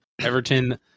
Everton